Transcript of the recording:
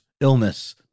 illness